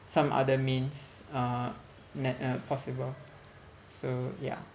some other means uh net uh possible so ya